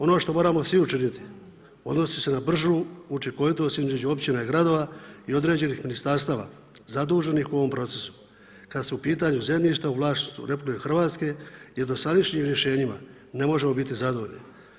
Ono što moramo svi učiniti, odnosi se na bržu učinkovitost između općina i gradova i određenih ministarstava zaduženih u ovom procesu kad su u pitanju zemljišta u vlasništvu RH jer dosadašnjim rješenjima ne možemo biti zadovoljni.